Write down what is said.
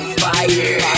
fire